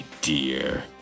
dear